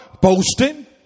boasting